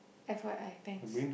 F_Y_I thanks